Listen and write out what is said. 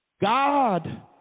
God